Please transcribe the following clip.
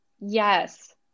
Yes